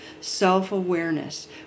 self-awareness